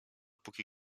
póki